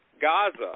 Gaza